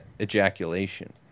ejaculation